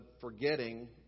forgetting